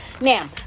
now